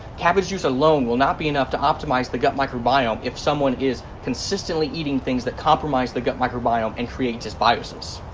cabbage juice alone will not be enough to optimize the gut microbiome if someone is consistently eating things that compromise the gut microbiome and create dysbiosis.